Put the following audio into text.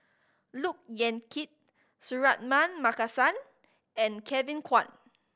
Look Yan Kit Suratman Markasan and Kevin Kwan